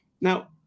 Now